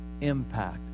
impact